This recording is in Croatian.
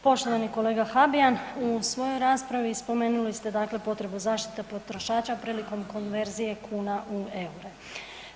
Poštovani kolega Habijan, u svojoj raspravi spomenuli ste dakle potrebu zaštite potrošača prilikom konverzije kuna u EUR-e.